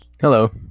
Hello